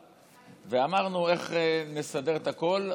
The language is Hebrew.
ואמרנו איך נסדר את הכול,